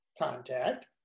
contact